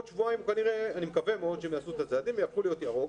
אני מקווה מאוד שהם יעשו את הצעדים ויהפכו להיות ירוק,